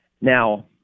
Now